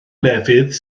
lefydd